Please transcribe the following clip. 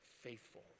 faithful